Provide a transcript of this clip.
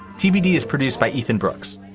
tbd is produced by ethan brooks,